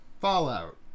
Fallout